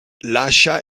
lascia